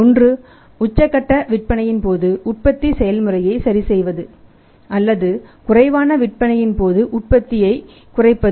ஒன்று உச்சக்கட்ட விற்பனையின் போது உற்பத்தி செயல்முறையை சரி செய்வது அல்லது குறைவான விற்பனையின் போது உற்பத்தியை குறைப்பது